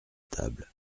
table